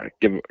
give